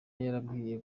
yababwiye